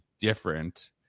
different